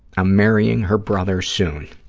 i'm marrying her brother soon.